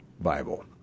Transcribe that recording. Bible